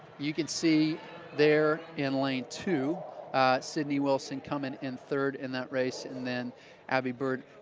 you can see there in lane two sydney wilson coming in third in that race. and then abbi bird